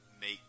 make